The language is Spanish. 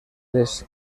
les